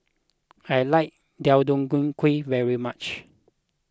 I like Deodeok Gui very much